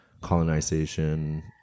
colonization